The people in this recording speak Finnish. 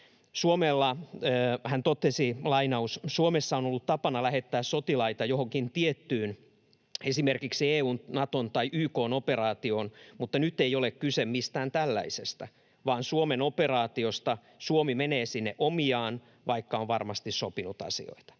näkökulmasta. Hän totesi: ”Suomessa on ollut tapana lähettää sotilaita johonkin tiettyyn, esimerkiksi EU:n, Naton tai YK:n operaatioon. Mutta nyt ei ole kyse mistään tällaisesta, vaan Suomen operaatiosta. Suomi menee sinne omiaan, vaikka on varmasti sopinut asioita.”